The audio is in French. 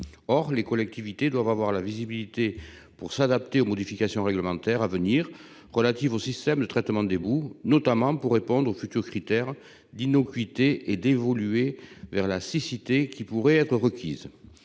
Or les collectivités doivent avoir la visibilité nécessaire pour s'adapter aux modifications réglementaires à venir, relatives aux systèmes de traitement des boues, notamment pour répondre aux futurs critères d'innocuité et évoluer vers la siccité qui pourrait être requise.